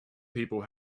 people